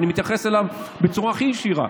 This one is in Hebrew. ואני מתייחס אליו בצורה הכי ישירה,